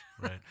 Right